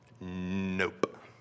Nope